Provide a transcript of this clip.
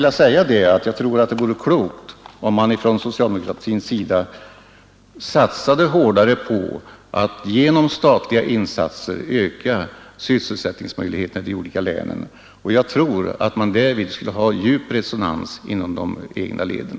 Jag tror att det vore klokt om man från socialdemokratins sida satsade hårdare på att genom statliga insatser öka sysselsättningsmöjligheterna i de olika länen, och att man därvid skulle få djup resonans inom de egna leden.